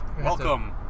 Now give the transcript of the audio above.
Welcome